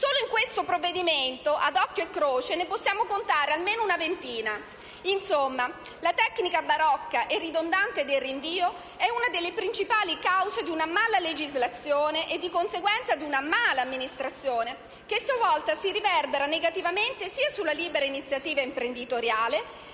(solo in questo provvedimento, ad occhio e croce, ne possiamo contare almeno una ventina). Insomma, la tecnica barocca e ridondante del rinvio è una delle principali cause della "mala-legislazione" e, di conseguenza, della "mala-amministrazione", che a sua volta si riverbera negativamente sia sulla libera iniziativa imprenditoriale,